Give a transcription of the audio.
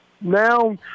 Now